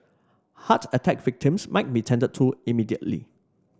heart attack victims might be tended to immediately